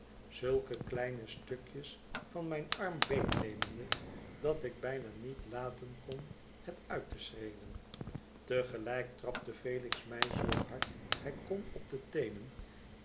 zulke kleine stukjes van mijn arm beetnemende dat ik bijna niet laten kon het uit te schreeuwen te gelijk trapte felix mij zoo hard hij kon op de teenen